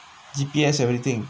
G_P_S eveything